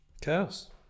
Chaos